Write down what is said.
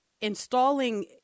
installing